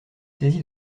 saisi